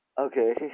Okay